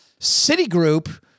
Citigroup